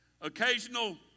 Occasional